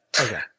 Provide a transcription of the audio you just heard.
Okay